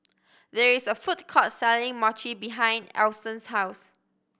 there is a food court selling Mochi behind Alston's house